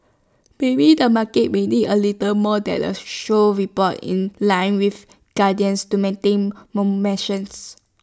maybe the market might need A little more than A short report in line with guidance to maintain